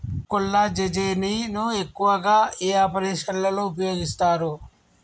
కొల్లాజెజేని ను ఎక్కువగా ఏ ఆపరేషన్లలో ఉపయోగిస్తారు?